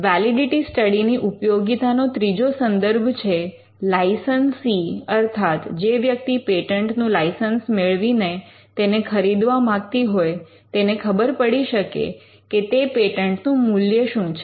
validity સ્ટડીની ઉપયોગીતાનો ત્રીજો સંદર્ભ છે લાઇસન્સી અર્થાત જે વ્યક્તિ પેટન્ટ નું લાઇસન્સ મેળવી ને તેને ખરીદવા માગતી હોય તેને ખબર પડી શકે કે તે પેટન્ટ નું મૂલ્ય શું છે